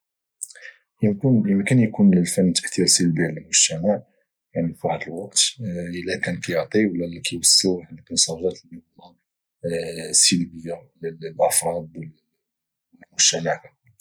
يمكن يكون الفن عنده تاثير سلبي على المجتمع واحد الوقت الا كان كايعطي ولا الا كان كايوصل ميساجات سلبيه للافراد وللمجتمع ككل